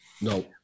No